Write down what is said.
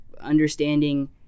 understanding